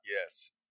Yes